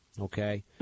okay